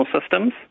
systems